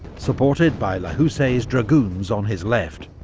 supported by lahoussaye's dragoons on his left.